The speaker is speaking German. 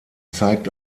zeigt